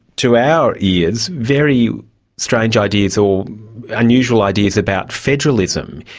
to our ears, very strange ideas or unusual ideas about federalism.